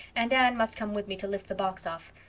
and anne must come with me to lift the box off.